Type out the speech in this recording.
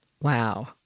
Wow